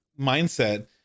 mindset